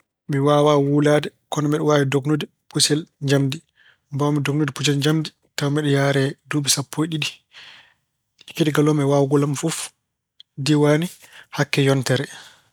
Mi waawaa wulaade kono mbeɗa waawi ndognude puccel njamndi. Mbaaw-mi dognude puccel jamndi tawa mbeɗa yahree duuɓi sappo e ɗiɗi. Ekkitagol am e waawgol am fof diwaani hakke yontere.